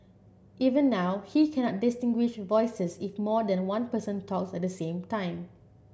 even now he cannot distinguish voices if more than one person talks at the same time